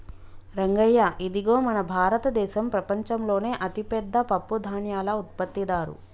రంగయ్య ఇదిగో మన భారతదేసం ప్రపంచంలోనే అతిపెద్ద పప్పుధాన్యాల ఉత్పత్తిదారు